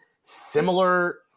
similar